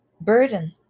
burden